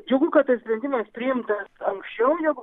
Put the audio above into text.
džiugu kad tas sprendimas priimtas anksčiau negu